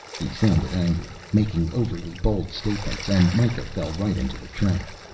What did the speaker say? he sounded angry, making overly bold statements and mikah fell right into the trap.